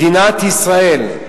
מדינת ישראל,